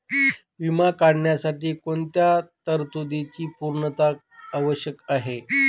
विमा काढण्यासाठी कोणत्या तरतूदींची पूर्णता आवश्यक आहे?